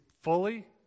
fully